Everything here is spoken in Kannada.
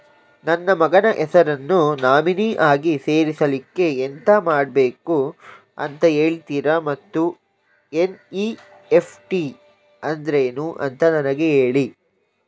ನನ್ನ ಮಗನ ಹೆಸರನ್ನು ನಾಮಿನಿ ಆಗಿ ಸೇರಿಸ್ಲಿಕ್ಕೆ ಎಂತ ಮಾಡಬೇಕು ಅಂತ ಹೇಳ್ತೀರಾ ಮತ್ತು ಎನ್.ಇ.ಎಫ್.ಟಿ ಅಂದ್ರೇನು ಅಂತ ನನಗೆ ಹೇಳಿ